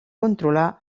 controlar